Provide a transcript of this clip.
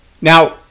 Now